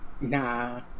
nah